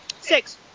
Six